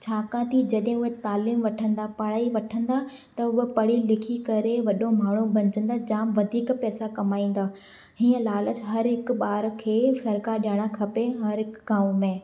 छाकाणि जॾहिं उहे तालिमु वठंदा पढ़ाई वठंदा त उहा पढ़ी लिखी करे वॾो माण्हू बणिजंदा जाम वधीक पैसा कमाईंदा इहे लालच हर हिकु ॿार खे सरकारि ॾियण खपे हर हिकु गांव में